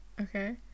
Okay